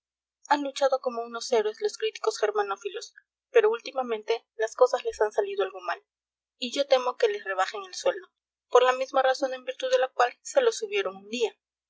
han luchado como unos héroes los críticos germanófilos pero últimamente las cosas les han salido algo mal y yo temo que les rebajen el sueldo por la misma razón en virtud de la cual se lo subieron un día